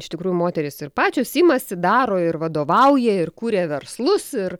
iš tikrųjų moterys ir pačios imasi daro ir vadovauja ir kuria verslus ir